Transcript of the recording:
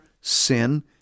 sin